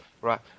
Right